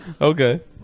Okay